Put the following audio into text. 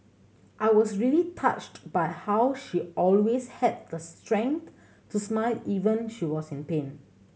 I was really touched by how she always had the strength to smile even she was in pain